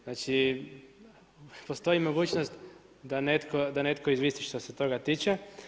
Znači postoji mogućnost da neto izvisi što se toga tiče.